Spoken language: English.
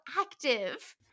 active